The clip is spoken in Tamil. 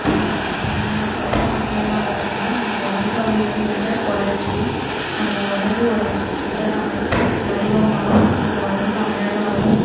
இப்போ நம்ம சின்ன பிள்ளையா இருக்கிறப்பயே அதிகமாக ஓடுனா நம்ம உடம்புல உள்ள எடை குறஞ்சி நம்ம உடம்பு ஒரு உடல் அமைப்பு வடிவமாகவும் நம்ம உடம்புல அழகாவும்